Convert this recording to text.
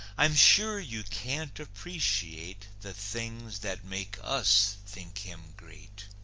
i'm sure you can't appreciate the things that make us think him great.